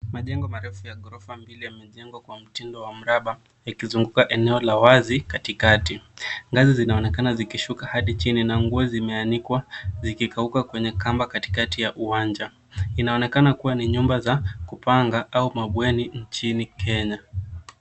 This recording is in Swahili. Majengo marefu ya ghorofa mbili yamejengwa kwa mtindo wa mraba ikizunguka eneo la wazi katikati. Ngazi zinaonekana zikishuka hadi chini na nguo zimeanikwa zikikauka kwenye kamba katikati ya uwanja. Inaonekana kuwa ni nyumba za kupanga au mabweni nchini Kenya.